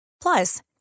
Plus